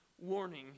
warning